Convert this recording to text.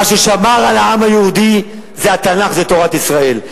מה ששמר על העם היהודי זה התנ"ך, זה תורת ישראל.